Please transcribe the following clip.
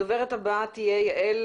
הדוברת הבאה תהיה יעל